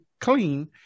clean